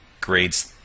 grades